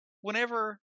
whenever